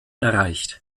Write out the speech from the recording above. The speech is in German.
erreicht